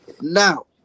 Now